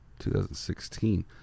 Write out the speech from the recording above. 2016